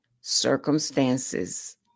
circumstances